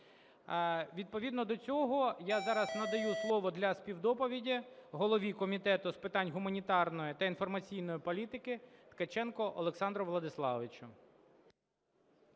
Відповідно до цього я зараз надаю слово для співдоповіді голові Комітету з питань гуманітарної та інформаційної політики Ткаченку Олександру Владиславовичу.